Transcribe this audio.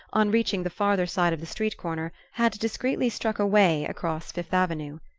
on reaching the farther side of the street corner, had discreetly struck away across fifth avenue.